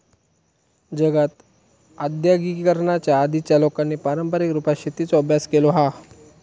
जगात आद्यिगिकीकरणाच्या आधीच्या लोकांनी पारंपारीक रुपात शेतीचो अभ्यास केलो हा